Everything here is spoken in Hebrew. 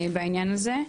בעניין הזה.